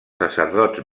sacerdots